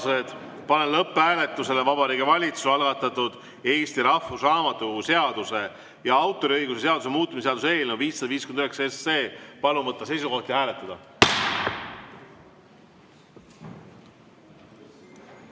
Panen lõpphääletusele Vabariigi Valitsuse algatatud Eesti Rahvusraamatukogu seaduse ja autoriõiguse seaduse muutmise seaduse eelnõu 559. Palun võtta seisukoht ja hääletada!